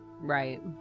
Right